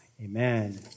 Amen